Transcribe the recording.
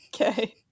Okay